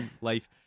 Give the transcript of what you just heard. life